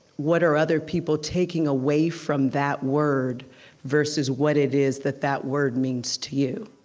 what are other people taking away from that word versus what it is that that word means to you